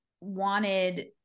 wanted